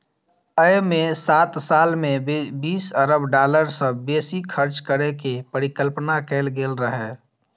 अय मे सात साल मे बीस अरब डॉलर सं बेसी खर्च करै के परिकल्पना कैल गेल रहै